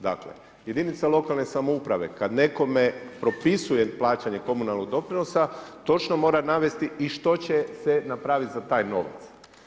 Dakle, jedinica lokalne samouprave, kad nekome propisuje plaćanje komunalnog doprinosa točno mora navesti i što će se napraviti za taj novac.